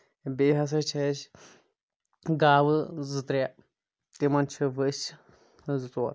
بیٚیہِ ہسا چھِ اَسہِ گاوٕ زٕ ترٛےٚ تِمن چھِ ؤسۍ زٕ ژور